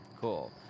cool